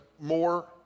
more